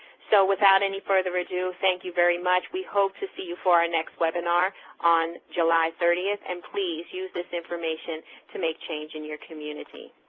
so without any further ado, thank you very much. we hope to see you for our next webinar on july thirtieth, and please use this information to make change in your community.